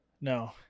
No